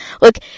Look